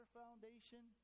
foundation